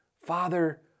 Father